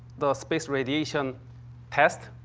the space radiation test.